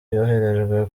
yoherejwe